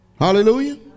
Hallelujah